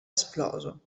esploso